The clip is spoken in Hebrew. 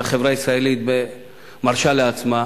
והחברה הישראלית מרשה לעצמה,